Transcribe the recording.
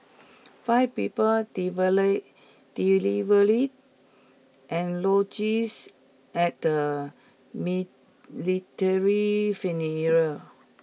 five people eulogies at the military